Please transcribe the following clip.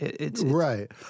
Right